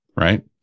right